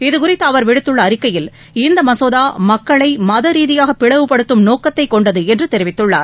இதுகுறித்து அவர் விடுத்துள்ள அறிக்கையில் இந்த மசோதா மக்களை மதரீதியாக பிளவுபடுத்தும் நோக்கத்தைக் கொண்டது என்று அவர் தெரிவித்துள்ளார்